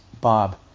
Bob